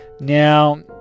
Now